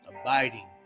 abiding